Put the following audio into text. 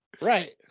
Right